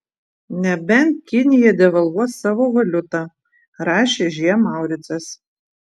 nebent kinija devalvuos savo valiutą rašė ž mauricas